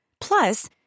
Plus